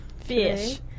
fish